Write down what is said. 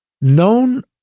known